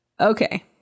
Okay